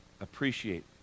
appreciate